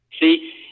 See